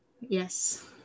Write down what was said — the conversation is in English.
Yes